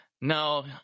No